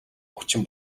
хүчин